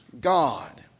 God